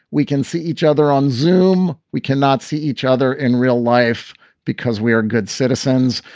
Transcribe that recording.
we can see each other on zoome. we cannot see each other in real life because we are good citizens.